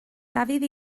dafydd